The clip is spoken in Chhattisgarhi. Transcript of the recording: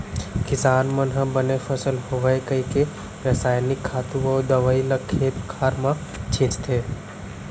किसान मन ह बने फसल होवय कइके रसायनिक खातू अउ दवइ ल खेत खार म छींचथे